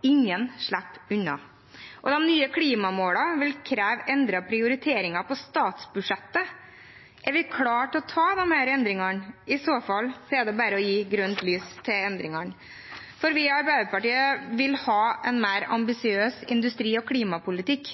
ingen slipper unna. De nye klimamålene vil kreve endrede prioriteringer på statsbudsjettet. Er vi klare til å gjøre disse endringene? I så fall er det bare å gi grønt lys for endringene. Vi i Arbeiderpartiet vil ha en mer ambisiøs industri- og klimapolitikk,